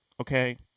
Okay